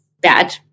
bad